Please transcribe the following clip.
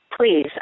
please